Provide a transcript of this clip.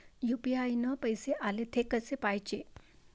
UPI न पैसे आले, थे कसे पाहाचे?